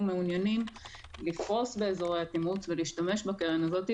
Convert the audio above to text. מעוניינים לפרוס באזורי התמרוץ ולהשתמש בקרן הזאת.